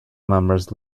members